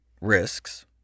risks